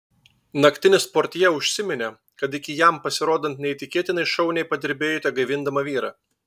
naktinis portjė užsiminė kad iki jam pasirodant neįtikėtinai šauniai padirbėjote gaivindama vyrą